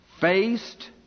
faced